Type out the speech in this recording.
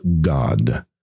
God